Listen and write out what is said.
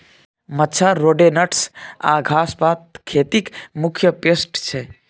मच्छर, रोडेन्ट्स आ घास पात खेतीक मुख्य पेस्ट छै